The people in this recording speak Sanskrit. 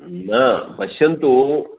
न पश्यन्तु